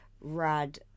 rad